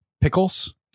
Pickles